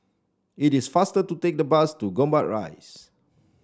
it is faster to take the bus to Gombak Rise